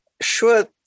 Sure